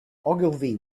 ogilvy